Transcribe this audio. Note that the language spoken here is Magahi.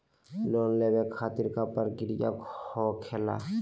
लोन लेवे खातिर का का प्रक्रिया होखेला?